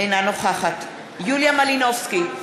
אינה נוכחת יוליה מלינובסקי,